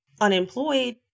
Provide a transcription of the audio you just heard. unemployed